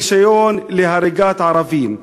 רישיון להריגת ערבים.